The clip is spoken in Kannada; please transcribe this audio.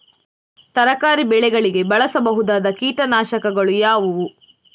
ತರಕಾರಿ ಬೆಳೆಗಳಿಗೆ ಬಳಸಬಹುದಾದ ಕೀಟನಾಶಕಗಳು ಯಾವುವು?